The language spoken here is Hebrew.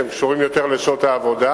שהם קשורים יותר לשעות העבודה,